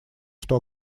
что